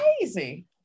crazy